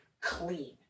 clean